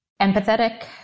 Empathetic